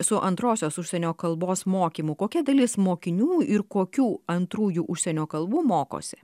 su antrosios užsienio kalbos mokymu kokia dalis mokinių ir kokių antrųjų užsienio kalbų mokosi